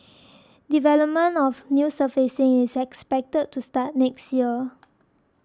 development of the new surfacing is expected to start next year